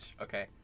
okay